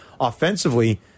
offensively